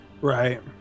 Right